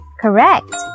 Correct